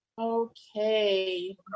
Okay